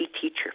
teacher